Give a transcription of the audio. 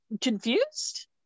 confused